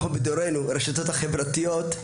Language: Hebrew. הרשתות החברתיות,